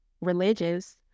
religious